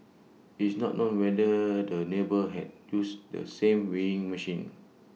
it's not known whether the neighbour had used the same weighing machine